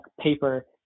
paper